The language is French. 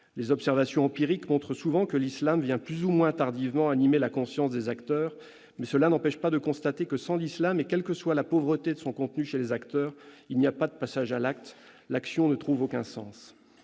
Les observations empiriques montrent souvent que l'islam vient plus ou moins tardivement animer la conscience des acteurs, mais cela n'empêche pas de constater que, sans l'islam et, quelle que soit la pauvreté de son contenu chez les acteurs, il n'y a pas passage à l'acte ; l'action ne trouve aucun sens.